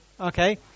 Okay